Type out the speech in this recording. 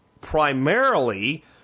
primarily